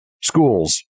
schools